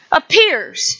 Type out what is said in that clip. appears